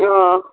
آ